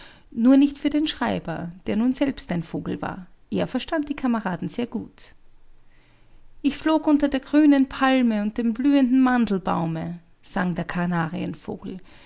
nur nicht für den schreiber der nun selbst ein vogel war er verstand die kameraden sehr gut ich flog unter der grünen palme und dem blühenden mandelbaume sang der kanarienvogel